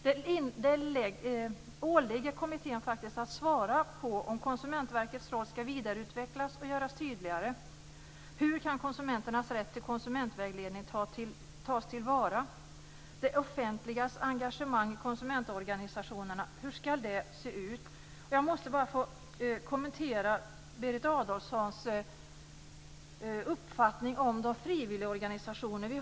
Det åligger kommittén att svara på frågor om Konsumentverkets roll ska vidareutvecklas och göras tydligare, hur konsumenternas rätt till konsumentvägledning kan tas till vara och hur det offentligas engagemang i konsumentorganisationerna ska se ut. Jag måste bara få kommentera Berit Adolfssons uppfattning om frivilligorganisationerna.